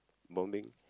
bombing